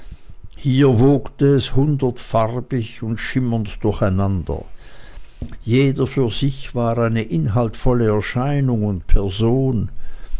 hier wogte es hundertfarbig und schimmernd durcheinander jeder war für sich eine inhaltvolle erscheinung und person